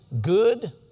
good